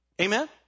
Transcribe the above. Amen